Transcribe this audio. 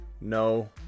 no